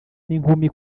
n’inkumi